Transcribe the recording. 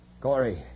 Corey